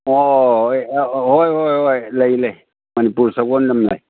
ꯑꯣ ꯍꯣꯏ ꯍꯣꯏ ꯍꯣꯏ ꯂꯩ ꯂꯩ ꯃꯅꯤꯄꯨꯔ ꯁꯒꯣꯜ ꯌꯥꯝ ꯂꯩ